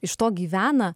iš to gyvena